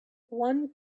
one